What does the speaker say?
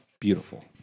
beautiful